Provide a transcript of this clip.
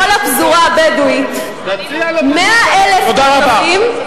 כל הפזורה הבדואית, תודה רבה.